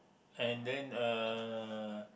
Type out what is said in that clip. and then uh